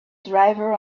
driver